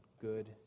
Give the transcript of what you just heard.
good